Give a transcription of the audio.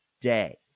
day